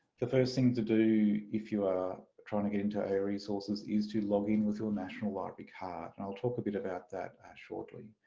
the first thing to do if you are trying to get into our eresources is to log in with your national library card and i'll talk a bit about that shortly.